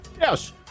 Yes